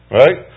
right